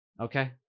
okay